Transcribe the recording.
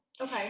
Okay